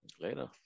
Later